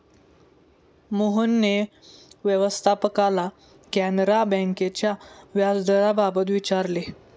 मोहनने व्यवस्थापकाला कॅनरा बँकेच्या व्याजदराबाबत विचारले